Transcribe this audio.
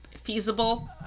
feasible